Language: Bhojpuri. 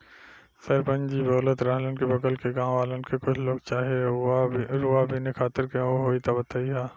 सरपंच जी बोलत रहलन की बगल के गाँव वालन के कुछ लोग चाही रुआ बिने खातिर केहू होइ त बतईह